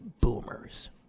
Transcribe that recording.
boomers